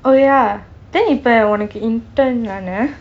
oh ya then இப்பே உனக்கு:ippei unakku intern தானே:thaanei